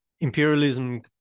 imperialism